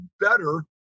better